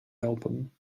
album